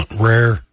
rare